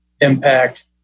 impact